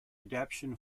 adaptation